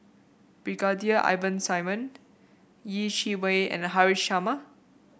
Brigadier Ivan Simson Yeh Chi Wei and Haresh Sharma